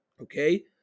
okay